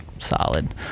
solid